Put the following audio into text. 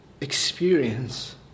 experience